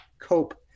cope